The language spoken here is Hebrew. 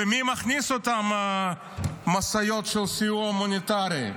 מי מכניס את אותן משאיות של סיוע "הומניטרי"?